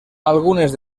algunes